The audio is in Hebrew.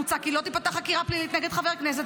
מוצע כי לא תיפתח חקירה פלילית נגד חבר כנסת,